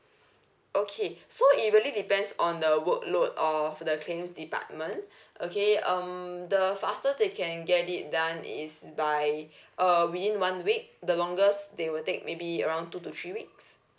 okay so it really depends on the work load of the claims department okay um the faster they can get it done is by uh within one week the longest they will take maybe around two to three weeks